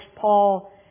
Paul